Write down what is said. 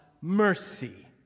mercy